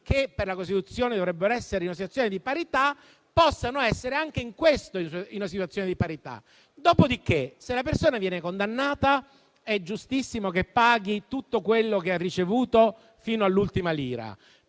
che per la Costituzione dovrebbero essere in una situazione di parità, possano esserlo anche in questo. Dopodiché, se la persona viene condannata, è giustissimo che paghi tutto quello che ha ricevuto fino all'ultimo